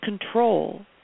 control